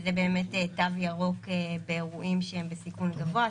שזה באמת תו ירוק באירועים שהם בסיכון גבוה,